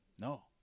No